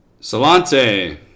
Salante